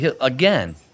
Again